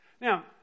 Now